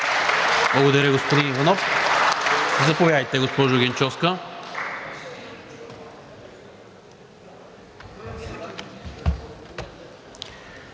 Благодаря, господин Иванов. Заповядайте, госпожо Генчовска.